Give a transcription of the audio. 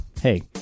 hey